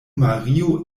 mario